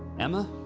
emma,